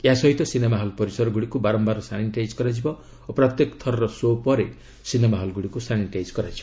ଏହା ସହିତ cinema hall ପରିସରଗୁଡ଼ିକୁ ବାରମ୍ଭାର ସାନିଟାଇଜ୍ କରାଯିବ ଓ ପ୍ରତ୍ୟେକ ଥରର 'ଶୋ' ପରେ ସିନେମା ହଲ୍ଗୁଡ଼ିକୁ ସାନିଟାଇଜ୍ କରାଯିବ